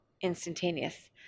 instantaneous